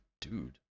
dude